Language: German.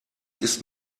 ist